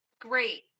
Great